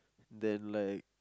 then like